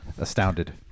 astounded